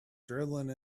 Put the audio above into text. drilling